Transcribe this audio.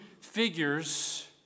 figures